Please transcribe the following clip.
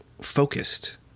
focused